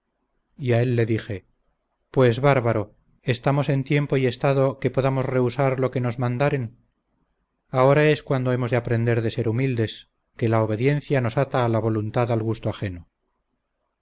y a él le dije pues bárbaro estamos en tiempo y estado que podamos rehusar lo que nos mandaren ahora es cuando hemos de aprender de ser humildes que la obediencia nos ata la voluntad al gusto ajeno